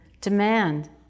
demand